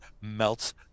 melts